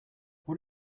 what